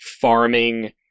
farming